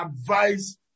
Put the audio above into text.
advise